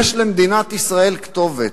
למדינת ישראל יש כתובת.